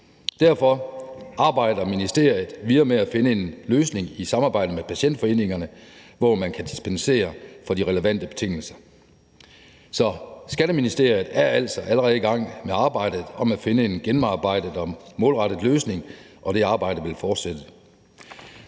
Derfor arbejder ministeriet videre med at finde en løsning i samarbejde med patientforeningerne, hvor man kan dispensere fra de relevante betingelser. Skatteministeriet er altså allerede i gang med arbejdet med at finde en gennemarbejdet og målrettet løsning, og det arbejde vil fortsætte.